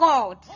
God